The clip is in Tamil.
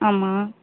ஆமாம்